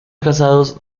casados